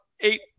eight